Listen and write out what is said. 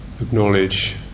acknowledge